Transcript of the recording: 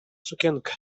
sukienkę